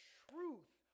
truth